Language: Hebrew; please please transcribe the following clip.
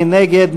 מי נגד?